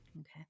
Okay